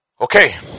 Okay